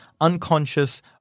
unconscious